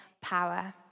power